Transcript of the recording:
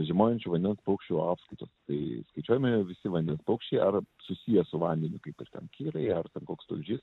žiemojančių vandens paukščių apskaita tai skaičiuojami visi vandens paukščiai ar susiję su vandeniu kaip ir ten kirai ar ten koks tulžys